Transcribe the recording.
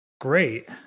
Great